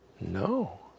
No